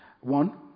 One